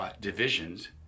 divisions